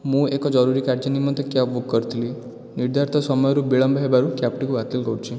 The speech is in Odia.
ମୁଁ ଏକ ଜରୁରୀ କାର୍ଯ୍ୟ ନିମନ୍ତେ କ୍ୟାବ୍ ବୁକ୍ କରିଥିଲି ନିର୍ଧାରିତ ସମୟରୁ ବିଳମ୍ବ ହେବାରୁ କ୍ୟାବ୍ଟିକୁ ବାତିଲ କରୁଛି